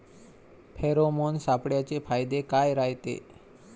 Pheromone सापळ्याचे फायदे काय रायते?